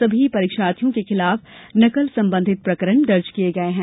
सभी परीक्षार्थियों के खिलाफ नकल संबंधित प्रकरण दर्ज किए गए हैं